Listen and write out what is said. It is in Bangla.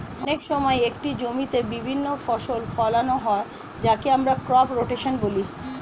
অনেক সময় একটি জমিতে বিভিন্ন ফসল ফোলানো হয় যাকে আমরা ক্রপ রোটেশন বলি